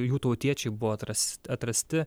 jų tautiečiai buvo atras atrasti